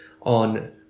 on